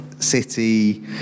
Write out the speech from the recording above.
City